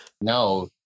No